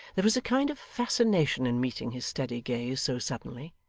there was a kind of fascination in meeting his steady gaze so suddenly,